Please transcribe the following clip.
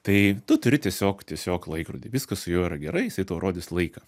tai tu turi tiesiog tiesiog laikrodį viskas su juo yra gerai jisai tau rodys laiką